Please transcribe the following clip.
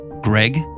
Greg